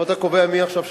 אתה קובע עכשיו מי שואל.